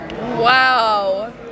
Wow